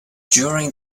during